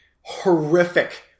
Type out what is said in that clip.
horrific